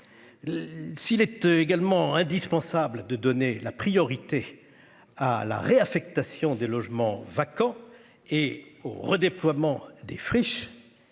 l'être également indispensable de donner la priorité à la réaffectation des logements vacants et au redéploiement des friches.